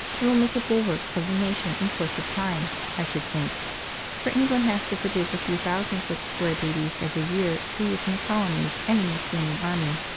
and will make a bulwark of the nation in course of time, i should think for england has to produce a few thousand such square babies every year for use in the colonies and in the standing army.